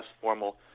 formal